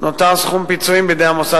התשנ"ה 1995,